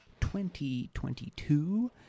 2022